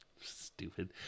stupid